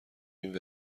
این